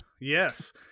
yes